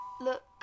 Look